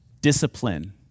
Discipline